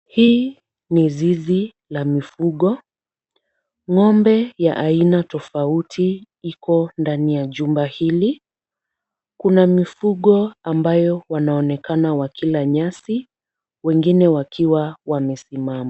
Hii ni zizi ya mifugo ng'ombe aina tofauti iko ndani ya jumba hili. Kuna mifugo ambayo wanaonekana wakila nyasi wengine wakiwa wamesimama.